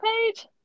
page